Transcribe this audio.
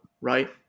right